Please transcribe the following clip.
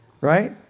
Right